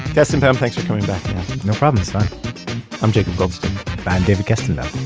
kestenbaum, thanks for coming back no problem i'm jacob goldstein i'm david kestenbaum.